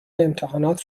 امتحانات